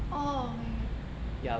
orh okay okay